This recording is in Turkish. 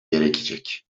gerekecek